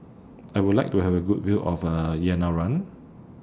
I Would like to Have A Good View of Yerevan